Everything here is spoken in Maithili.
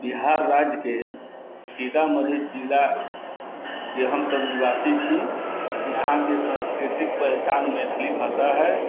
बिहार राज्यके सीतामढ़ी जिलाके हमसब निवासी छी यहाँके संस्कृति पहिचान मैथिली भाषा है